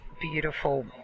Beautiful